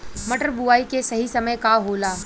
मटर बुआई के सही समय का होला?